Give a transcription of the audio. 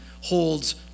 holds